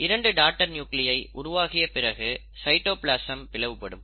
2 daughter நியூகிளியை உருவாகிய பிறகு சைட்டோபிளாசம் பிளவுபடும்